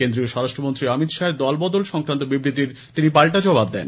কেন্দ্রীয় স্বরাষ্ট্রমন্ত্রী অমিত শাহের দলবদল সংক্রান্ত বিবৃতির তিনি পাল্টা জবাব দেন